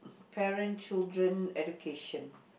parent children education